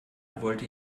wollte